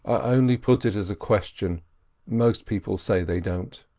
i only put it as a question most people say they don't.